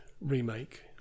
remake